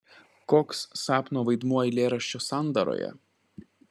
koks sapno vaidmuo eilėraščio sandaroje